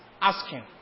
Asking